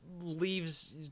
leaves